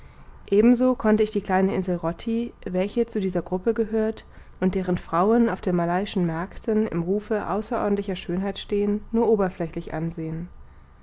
ebenso konnte ich die kleine insel rotti welche zu dieser gruppe gehört und deren frauen auf den malayischen märkten im rufe außerordentlicher schönheit stehen nur oberflächlich ansehen